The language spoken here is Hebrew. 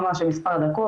ממש של מספר דקות,